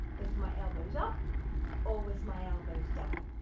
with my elbows up always my elbows down.